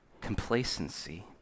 complacency